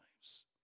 lives